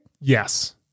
Yes